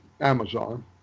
Amazon